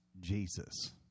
Jesus